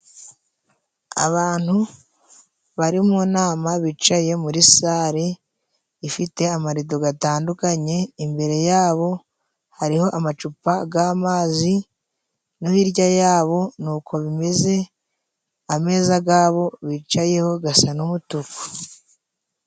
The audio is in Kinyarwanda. Abantu bari mu nama bicaye muri sale ifite amarido gatandukanye, imbere yabo hariho amacupa g'amazi no hirya yabo nuko bimeze, ameza gabo bicayeho gasa n'umutuku.